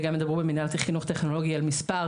וגם ידברו במינהל חינוך טכנולוגי על מספר